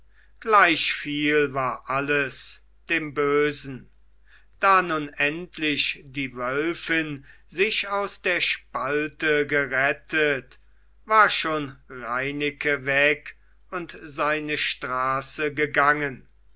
gleichviel war alles dem bösen da nun endlich die wölfin sich aus der spalte gerettet war schon reineke weg und seine straße gegangen